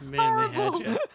horrible